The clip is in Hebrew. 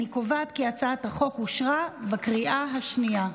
אני קובעת כי הצעת החוק אושרה בקריאה השנייה.